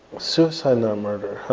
suicide, not murder.